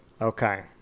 Okay